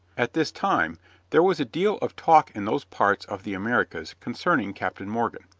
at this time there was a deal of talk in those parts of the americas concerning captain morgan,